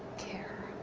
care?